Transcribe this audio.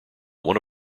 one